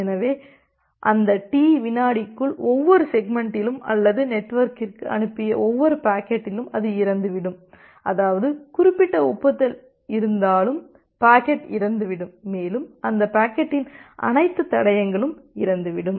எனவே அந்த டி விநாடிக்குள் ஒவ்வொரு செக்மெண்ட்டிலும் அல்லது நெட்வொர்க்கிற்கு அனுப்பிய ஒவ்வொரு பாக்கெட்டிலும் அது இறந்துவிடும் அதாவது குறிப்பிட்ட ஒப்புதல் இருந்தாலும் பாக்கெட் இறந்துவிடும் மேலும் அந்த பாக்கெட்டின் அனைத்து தடயங்களும் இறந்துவிடும்